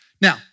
Now